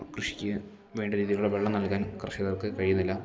കൃഷിയ്ക്ക് വേണ്ട രീതിയിലുള്ള വെള്ളം നൽകാൻ കർഷകർക്ക് കഴിയുന്നില്ല